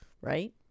right